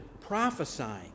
prophesying